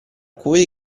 cui